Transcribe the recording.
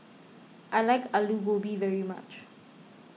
I like Aloo Gobi very much